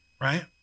right